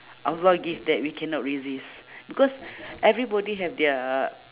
allah give that we cannot resist because everybody have their